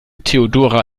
theodora